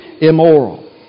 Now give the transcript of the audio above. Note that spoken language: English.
immoral